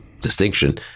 distinction